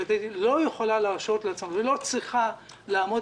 לא יכולה להרשות לעצמה ולא צריכה לעמוד